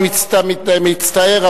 אני מצטער,